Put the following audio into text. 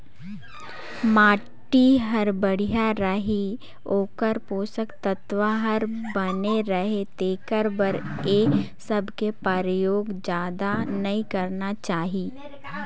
माटी हर बड़िया रहें, ओखर पोसक तत्व हर बने रहे तेखर बर ए सबके परयोग जादा नई करना चाही